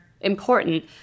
important